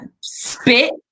spit